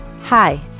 Hi